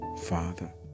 father